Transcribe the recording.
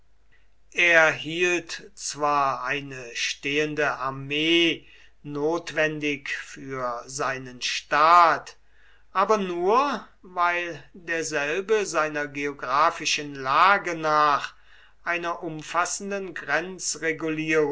er hielt zwar eine stehende armee notwendig für seinen staat aber nur weil derselbe seiner geographischen lage nach einer umfassenden